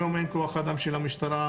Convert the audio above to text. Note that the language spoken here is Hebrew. היום אין כוח אדם של המשטרה.